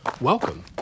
Welcome